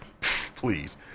please